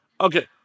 okay